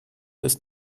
ist